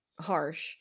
harsh